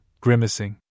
grimacing